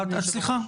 סליחה,